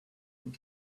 and